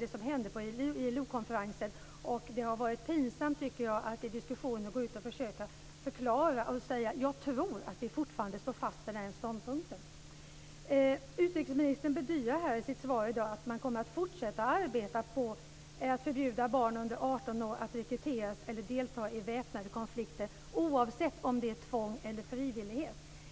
det som hände på ILO-konferensen väldigt förvånande. Det har varit pinsamt att i diskussioner försöka gå ut och förklara och säga att jag tror att vi fortfarande står fast vid den här ståndpunkten. Utrikesministern bedyrar i sitt svar här i dag att man kommer att fortsätta att arbeta för att förbjuda att barn under 18 år rekryteras eller deltar i väpnade konflikter, oavsett om det är tvång eller frivillighet.